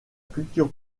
culture